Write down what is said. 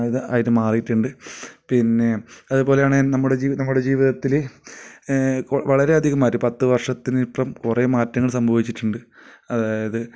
ഇത് ആയിട്ട് മാറിയിട്ടുണ്ട് പിന്നെ അതേപോലെ ആണെ നമ്മുടെ ജീ നമ്മുടെ ജീവിതത്തിൽ കൊ വളരെ അധികം മാറ്റം പത്തു വർഷത്തിനിപ്പുറം കുറേ മാറ്റങ്ങൾ സംഭവിച്ചിട്ടുണ്ട് അതായത്